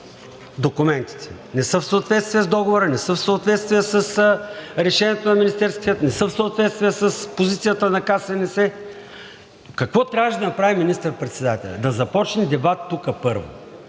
документите, не са в съответствие с Договора, не са в съответствие с решението на Министерския съвет, не са в съответствие с позицията на КСНС. Какво трябваше да направи министър-председателят? Да започне дебат тук, първо,